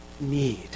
need